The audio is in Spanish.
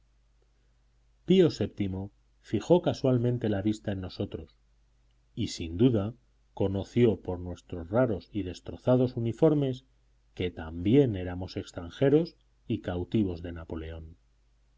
pío vii fijó casualmente la vista en nosotros y sin duda conoció por nuestros raros y destrozados uniformes que también éramos extranjeros y cautivos de napoleón